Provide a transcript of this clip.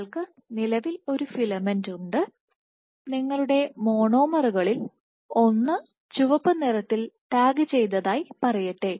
നിങ്ങൾക്ക് നിലവിൽ ഒരു ഫിലമെന്റ് ഉണ്ട് നിങ്ങളുടെ മോണോമറുകളിൽ ഒന്ന് ചുവപ്പ് നിറത്തിൽ ടാഗ് ചെയ്തതായി പറയട്ടെ